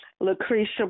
Lucretia